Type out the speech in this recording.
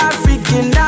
African